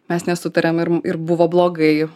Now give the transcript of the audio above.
mes nesutariam ir ir buvo blogai